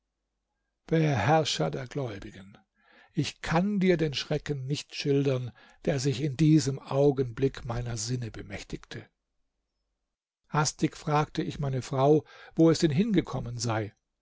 beherrscher der gläubigen ich kann dir den schrecken nicht schildern der sich in diesem augenblick meiner sinne bemächtigte hastig fragte ich meine frau wo es denn hingekommen sei